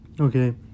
okay